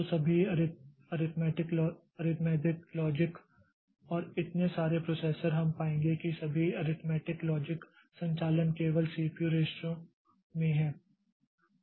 तो सभी arithmetic logic और इतने सारे प्रोसेसर हम पाएंगे कि सभी अरिथमेटिक लॉजिक संचालन केवल सीपीयू रजिस्टरों में हैं